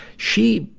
she,